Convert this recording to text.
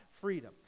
freedom